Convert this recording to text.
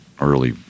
early